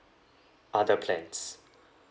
others plans